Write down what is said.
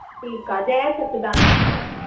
ठीकु आहे जय सचिदानंद